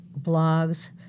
blogs—